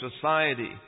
society